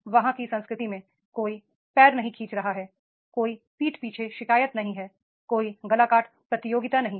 वहां की संस्कृति में कोई पैर नहीं खींच रहा है कोई पीठ पीछे शिकायत नहीं है कोई गलाकाट प्रतियोगिता नहीं है